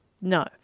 No